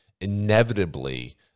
inevitably